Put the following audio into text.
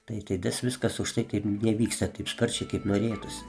tai tai tas viskas už tai taip nevyksta taip sparčiai kaip norėtųsi